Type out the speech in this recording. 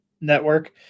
network